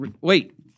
Wait